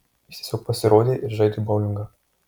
jis tiesiog pasirodė ir žaidė boulingą